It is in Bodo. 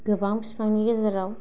गोबां बिफांनि गेजेराव